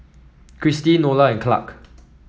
Kristi Nola and Clarke